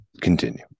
continue